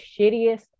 shittiest